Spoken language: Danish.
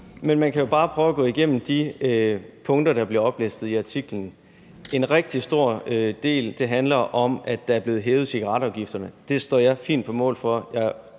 Men man kan jo bare prøve at gå igennem de punkter, der bliver oplistet i artiklen. En rigtig stor del handler om, at cigaretafgifterne er blevet hævet. Det står jeg helt på mål for,